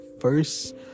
first